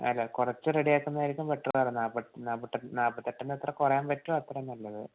അല്ല കുറച്ച് റെഡിയാക്കുന്നതായിരിക്കും ബെറ്ററ് എന്ന് പറയുക നാൽപ്പത്തെട്ടിൽ നിന്ന് എത്രെയും കുറയാൻ പറ്റുവോ അത്രയും നല്ലത്